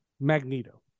Magneto